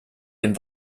dem